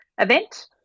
event